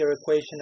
equation